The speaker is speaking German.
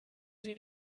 sie